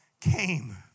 came